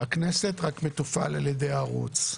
הכנסת רק מתופעל על ידי הערוץ.